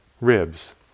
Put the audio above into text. ribs